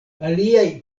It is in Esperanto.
aliaj